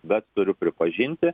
bet turiu pripažinti